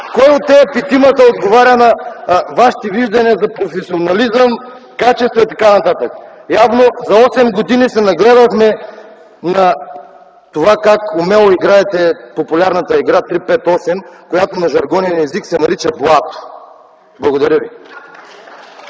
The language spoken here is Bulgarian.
Кой от тези петимата отговаря на Вашите виждания за професионализъм, качества и т.н.?! За осем години се нагледахме на това как умело играете популярната игра 3:5:8, която на жаргонен език се нарича „блато”. Благодаря Ви.